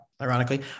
ironically